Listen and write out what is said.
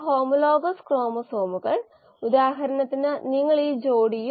അത്തരം നിരവധി മോഡലുകൾ ഉണ്ട് അവയിൽ ചിലത് നമ്മൾ കാണും